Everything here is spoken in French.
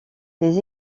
les